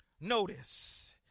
Notice